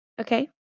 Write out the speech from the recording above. okay